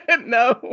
No